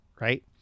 right